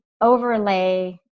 overlay